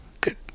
Good